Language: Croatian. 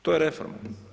To je reforma.